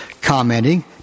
commenting